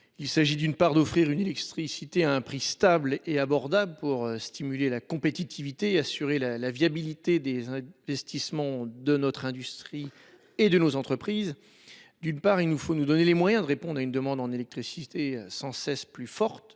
Il s’agit, d’une part, d’offrir une électricité à un prix stable et abordable pour stimuler la compétitivité et garantir la viabilité des investissements de notre industrie et de nos entreprises ; d’autre part, nous devons nous donner les moyens de répondre à une demande en électricité sans cesse plus forte